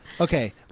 Okay